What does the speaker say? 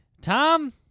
Tom